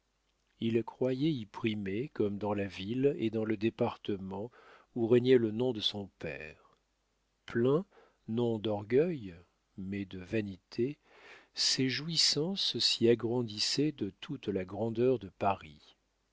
il croyait y primer comme dans la ville et dans le département où régnait le nom de son père plein non d'orgueil mais de vanité ses jouissances s'y agrandissaient de toute la grandeur de paris